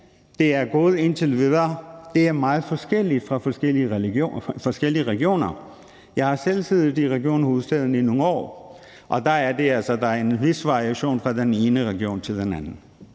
det er gået indtil videre, er meget forskelligt i de forskellige regioner. Jeg har selv siddet i Region Hovedstaden i nogle år, og der har jeg set, at der altså er en vis variation fra den ene region til den anden.